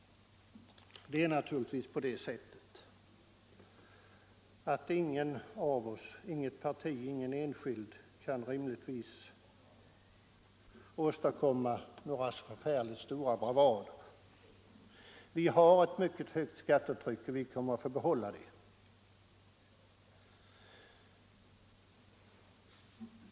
Det är naturligtvis så att ingen enskild rimligtvis kan åstadkomma några stora bravader på detta område. Vi har ett mycket högt skattetryck, och vi kommer att få behålla det.